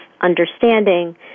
understanding